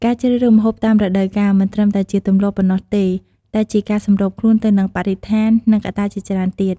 ការជ្រើសរើសម្ហូបតាមរដូវកាល មិនត្រឹមតែជាទម្លាប់ប៉ុណ្ណោះទេ តែជាការសម្របខ្លួនទៅនឹងបរិស្ថាន និងកត្តាជាច្រើនទៀត